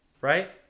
right